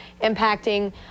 impacting